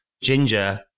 ginger